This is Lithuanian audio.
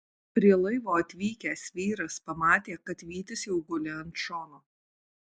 prie laivo atvykęs vyras pamatė kad vytis jau guli ant šono